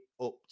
up